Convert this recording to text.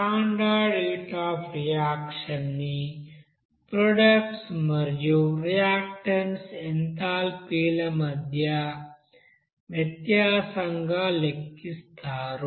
standard heat of reaction ని product మరియు reactant ఎంథాల్పీల మధ్య వ్యత్యాసంగా లెక్కిస్తారు